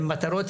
עם מטרות,